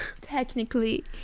technically